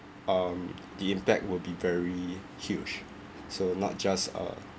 um the impact would be very huge so not just a